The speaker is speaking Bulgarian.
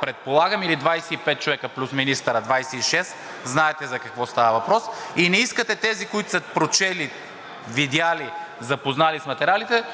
предполагам, или 25 човека плюс министъра – 26, знаете за какво става въпрос и не искате тези, които са прочели, видели и са се запознали с материалите,